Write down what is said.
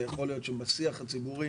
ויכול להיות שבשיח הציבורי